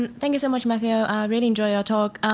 and thank you so much, matthew. i really enjoy your talk.